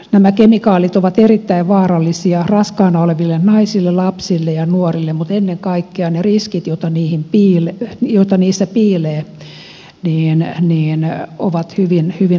nämä kemikaalit ovat erittäin vaarallisia raskaana oleville naisille lapsille ja nuorille mutta ennen kaikkea ne riskit joita niissä piilee ovat hyvin huolestuttavia